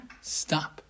stop